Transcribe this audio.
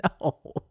No